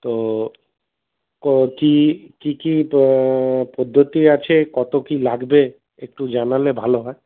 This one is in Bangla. তো কো কী কী কী পদ্ধতি আছে কত কী লাগবে একটু জানালে ভালো হয়